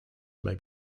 may